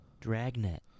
Dragnet